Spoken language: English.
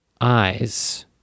eyes